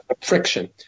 friction